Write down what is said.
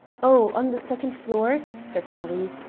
oh, on the second floor, said marie,